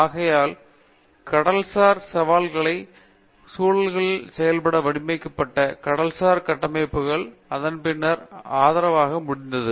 ஆகையால் கடல்சார் சவால்களில் சவாலான சூழல்களில் செயல்பட வடிவமைக்கப்பட்ட கடல்சார் கட்டமைப்புகள் அதன்பின்னர் ஆதரவு முடிவுகள் இருந்தன